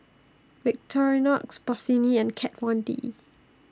Victorinox Bossini and Kat Von D